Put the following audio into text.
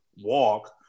walk